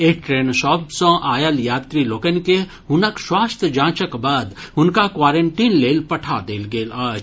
एहि ट्रेन सभ सॅ आयल यात्री लोकनि के हुनक स्वास्थ्य जांचक बाद हुनका क्वारेंटीन लेल पठा देल गेल अछि